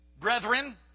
Brethren